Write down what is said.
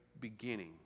beginning